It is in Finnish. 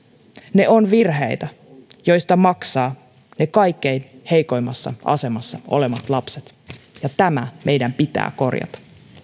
ne ovat virheitä joista maksavat ne kaikkein heikoimmassa asemassa olevat lapset ja tämä meidän pitää korjata